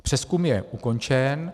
Přezkum je ukončen.